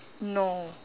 no